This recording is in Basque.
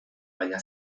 baina